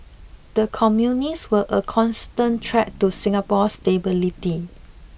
the communists were a constant threat to Singapore's stability